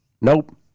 Nope